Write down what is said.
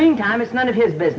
meantime it's none of his bu